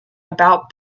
about